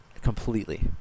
Completely